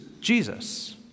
Jesus